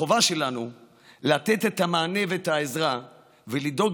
החובה שלנו לתת את המענה ואת העזרה ולדאוג